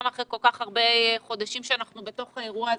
גם אחרי כל כך הרבה חודשים שאנחנו בתוך האירוע הזה,